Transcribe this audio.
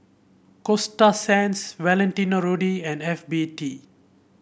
Coasta Sands Valentino Rudy and F B T